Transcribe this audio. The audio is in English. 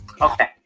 Okay